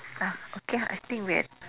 oh okay I think we are at okay